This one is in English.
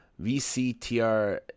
VCTR